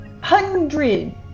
HUNDRED